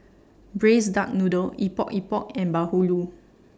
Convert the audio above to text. Braised Duck Noodle Epok Epok and Bahulu